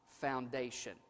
foundation